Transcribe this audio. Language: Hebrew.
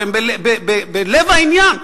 שהם בלב העניין,